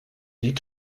die